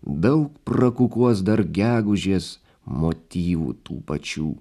daug prakukuos dar gegužės motyvų tų pačių